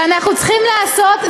ואנחנו צריכים לעשות,